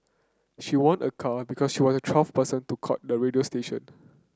she won a car because she was the twelfth person to call the radio station